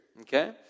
okay